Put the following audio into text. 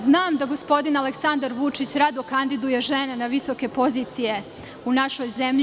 Znam da gospodin Aleksandar Vučić rado kandiduje žene na visoke pozicije u našoj zemlji.